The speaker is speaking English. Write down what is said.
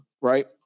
right